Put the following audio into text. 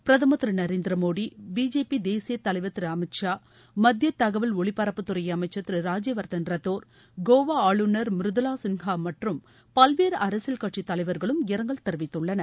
பிரதமர் திரு நரேந்திர மோடி பிஜேபி தேசிய தலைவர் திரு அமித் ஷா மத்திய தகவல் ஒலிபரப்புத்துறை அமைச்சர் திரு ராஜ்யவர்தன் ரத்தோர் கோவா ஆளுநர் மிருதுளா சின்ஹா மற்றும் பல்வேறு அரசியல் கட்சித் தலைவர்களும் இரங்கல் தெரிவித்துள்ளனர்